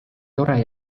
tore